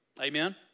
Amen